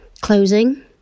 Closing